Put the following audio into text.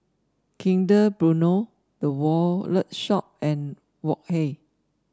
Kinder Bueno The Wallet Shop and Wok Hey